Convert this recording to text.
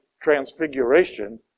transfiguration